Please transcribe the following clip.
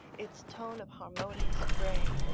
its tone of harmonious grey,